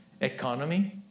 economy